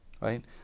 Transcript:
right